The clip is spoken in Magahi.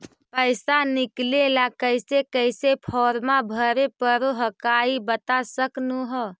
पैसा निकले ला कैसे कैसे फॉर्मा भरे परो हकाई बता सकनुह?